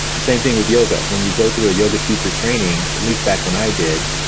same thing with yoga. when you go through a yoga teacher training, at least back when i did,